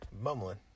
Mumbling